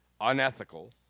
unethical